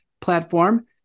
platform